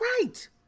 Right